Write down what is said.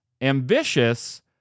Ambitious